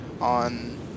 on